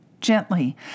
gently